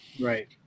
Right